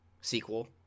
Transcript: sequel